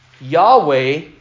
Yahweh